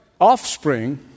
offspring